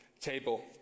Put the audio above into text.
table